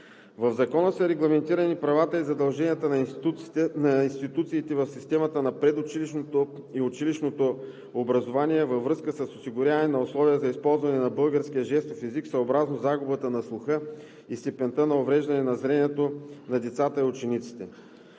В Закона са регламентирани правата и задълженията на институциите в системата на предучилищното и училищното образование във връзка с осигуряване на условия за използване на българския жестов език съобразно загуба на слуха и степента на увреждане на зрението на децата и учениците.